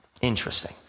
Interesting